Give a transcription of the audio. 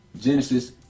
Genesis